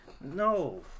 No